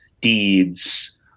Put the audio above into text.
deeds